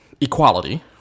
equality